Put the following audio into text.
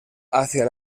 hacia